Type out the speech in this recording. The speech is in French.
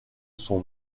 son